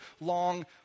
long